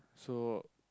so